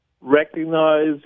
recognize